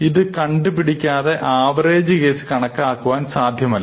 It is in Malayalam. ഇത് കണ്ടുപിടിക്കാതെ ആവറേജ് കേസ് കണക്കാക്കുവാൻ സാധ്യമല്ല